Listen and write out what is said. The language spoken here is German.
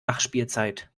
nachspielzeit